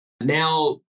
Now